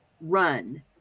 run